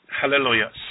Hallelujah